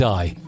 Die